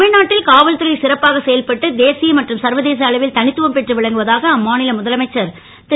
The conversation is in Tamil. தமி நாட்டில் காவல்துறை சிறப்பாக செயல்பட்டு தேசிய மற்றும் சர்வதேச அளவில் த த்துவம் பெற்று விளங்குவதாக அம்மா ல முதலமைச்சர் ரு